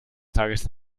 tages